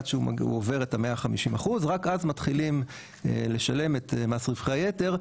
עד שהוא עובר את ה-150% רק אז מחילים לשלם את מס רווחי היתר,